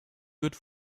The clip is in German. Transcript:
wird